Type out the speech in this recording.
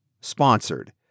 sponsored